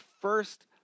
first